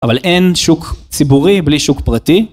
אבל אין שוק ציבורי בלי שוק פרטי.